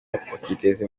bakiteza